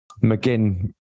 McGinn